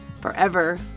forever